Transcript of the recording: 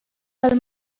del